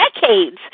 decades